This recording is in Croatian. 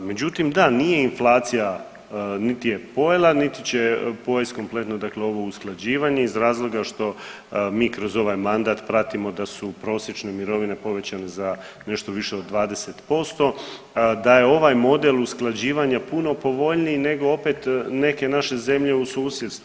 Međutim, da nije inflacija niti je pojela niti će pojest ovo kompletno usklađivanje iz razloga što mi kroz ovaj mandat pratimo da su prosječne mirovine povećane za nešto više od 20%, da je ovaj model usklađivanja puno povoljniji nego opet neke naše zemlje u susjedstvu.